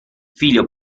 figlio